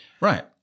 Right